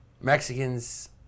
Mexicans